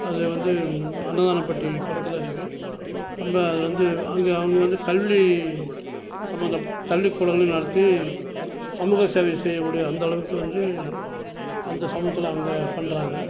அதை வந்து அன்னதானம்பட்டி பக்கத்தில் இருக்குது நம்ம அதை வந்து அங்கே அவங்க வந்து கல்வி சம்மந்தம் கல்விக்கூடங்களும் நடத்தி சமூக சேவை செய்யக்கூடிய அந்தளவுக்கு வந்து அந்த சமூகத்தில் அவங்க பண்ணுறாங்க